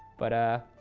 but ah, i